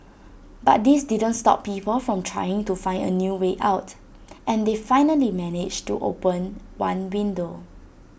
but this didn't stop people from trying to find A way out and they finally managed to open one bindow